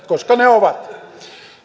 koska ne ovat